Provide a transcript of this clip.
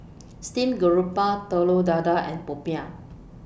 Steamed Garoupa Telur Dadah and Popiah